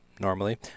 normally